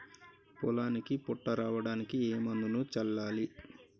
పొలానికి పొట్ట రావడానికి ఏ మందును చల్లాలి?